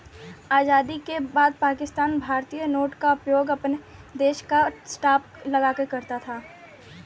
आजादी के बाद पाकिस्तान भारतीय नोट का उपयोग अपने देश का स्टांप लगाकर करता था